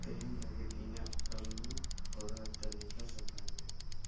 ᱛᱮᱦᱮᱧ ᱞᱟᱹᱜᱤᱫ ᱤᱧᱟᱹᱜ ᱠᱟᱹᱢᱤᱦᱚᱨᱟ ᱛᱟᱹᱞᱤᱠᱟ ᱥᱟᱯᱷᱟᱭᱢᱮ